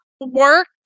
work